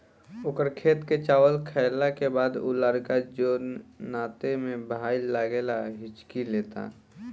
ओकर खेत के चावल खैला के बाद उ लड़का जोन नाते में भाई लागेला हिच्की लेता